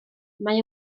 mae